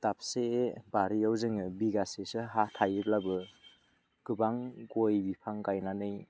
दाबसे बारियाव जोङो बिगासेसो हा थायोब्लाबो गोबां गय बिफां गायनानै